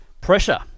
Pressure